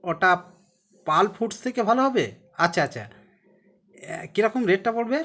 ওটা পাল ফুডস থেকে ভালো হবে আচ্ছা আচ্ছা কীরকম রেটটা পড়বে